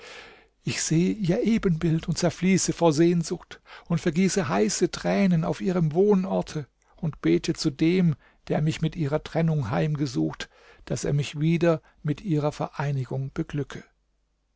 ich sehe ihr ebenbild und zerfließe vor sehnsucht und vergieße heiße tränen auf ihrem wohnorte und bete zu dem der mich mit ihrer trennung heimgesucht daß er mich wieder mit ihrer vereinigung beglücke